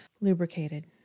lubricated